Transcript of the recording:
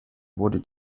wurden